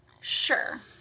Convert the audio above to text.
Sure